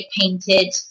painted